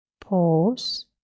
pause